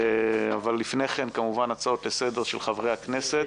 אבל לפני כן, כמובן, הצעות לסדר של חברי הכנסת.